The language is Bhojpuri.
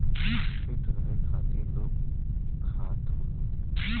फिट रहे खातिर लोग खात हउअन